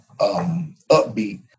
upbeat